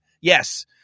yes